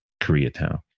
Koreatown